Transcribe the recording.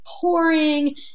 pouring